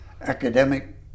academic